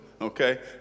Okay